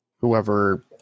whoever